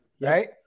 right